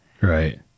Right